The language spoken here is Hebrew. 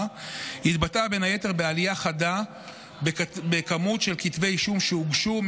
התבטאה בין היתר בעלייה חדה במספר של כתבי אישום שהוגשו,